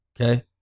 okay